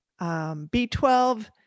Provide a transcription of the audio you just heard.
B12